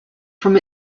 from